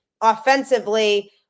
offensively